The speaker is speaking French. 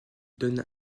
donne